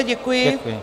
Děkuji.